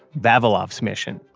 vavilov's mission,